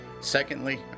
Secondly